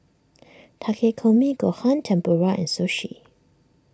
Takikomi Gohan Tempura and Sushi